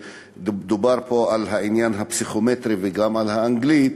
דובר פה על המבחן הפסיכומטרי וגם על האנגלית.